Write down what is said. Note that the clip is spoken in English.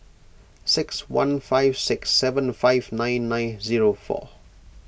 six one five six seven five nine nine zero four